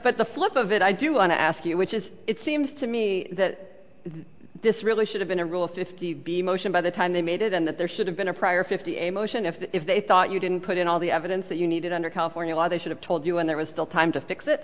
but the flip of it i do want to ask you which is it seems to me that this really should have been a rule fifty b motion by the time they made it and that there should have been a prior fifty a motion if they thought you didn't put in all the evidence that you needed under california law they should have told you when there was still time to fix it